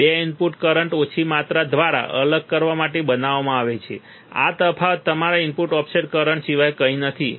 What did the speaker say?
2 input current ઓછી માત્રા દ્વારા અલગ કરવા માટે બનાવવામાં આવે છે આ તફાવત તમારા ઇનપુટ ઓફસેટ કરંટ સિવાય કંઈ નથી બરાબર